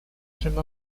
from